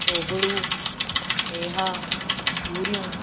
गोगड़ू मेहा तूरियूं